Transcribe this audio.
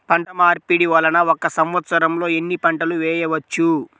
పంటమార్పిడి వలన ఒక్క సంవత్సరంలో ఎన్ని పంటలు వేయవచ్చు?